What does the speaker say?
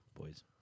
boys